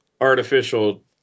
artificial